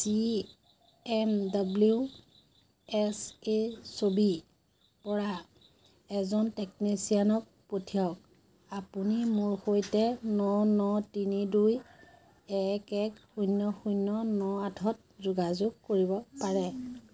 C M W S A ছবিৰপৰা এজন টেকনিচিয়ানক পঠিয়াওক আপুনি মোৰ সৈতে ন ন তিনি দুই এক এক শূন্য শূন্য ন আঠত যোগাযোগ কৰিব পাৰে